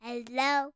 Hello